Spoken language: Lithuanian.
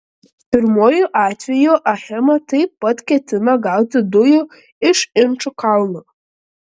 pirmuoju atveju achema taip pat ketina gauti dujų iš inčukalno